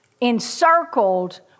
encircled